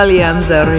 Alianza